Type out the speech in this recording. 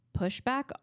pushback